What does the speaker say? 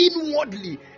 inwardly